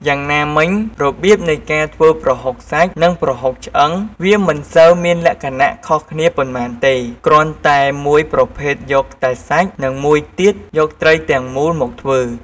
យ៉ាងណាមិញ របៀបនៃការធ្វើប្រហុកសាច់ និងប្រហុកឆ្អឺង វាមិនសូវមានលក្ខណៈខុសគ្នាប៉ុន្មានទេ គ្រាន់តែមួយប្រភេទយកតែសាច់ និងមួយទៀតយកត្រីទាំងមូលមកធ្វើ។